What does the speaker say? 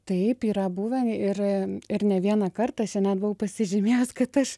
taip yra buvę ir ir ne vieną kartą aš čia net buvau pasižymėjus kad aš